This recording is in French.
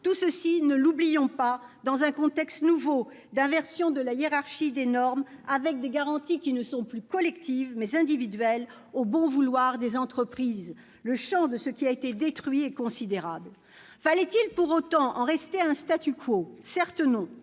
tout cela, ne l'oublions pas, dans un contexte nouveau d'inversion de la hiérarchie des normes, avec des garanties qui sont non plus collectives, mais individuelles, et abandonnées au bon vouloir des entreprises. Le champ de ce qui a été détruit est considérable. Fallait-il pour autant en rester au ? Certes non.